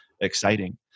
exciting